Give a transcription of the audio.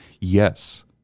yes